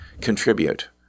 contribute